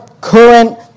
current